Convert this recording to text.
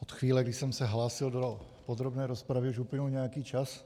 Od chvíle, kdy jsem se hlásil do podrobné rozpravy, už uplynul nějaký čas.